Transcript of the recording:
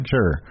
Sure